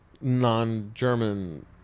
non-german